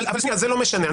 אבל זה לא משנה.